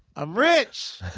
i'm rich!